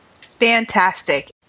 Fantastic